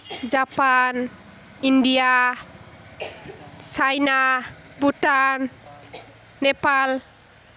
Japan India China Bhutan Nepal